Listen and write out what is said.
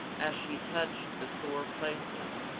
as she touched the sore places,